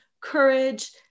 courage